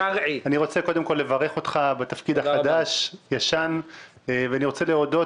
אני רוצה לברך אותך על התפקיד החדש-ישן ואני רוצה להודות